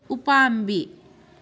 ꯎꯄꯥꯝꯕꯤ